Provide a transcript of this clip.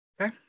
Okay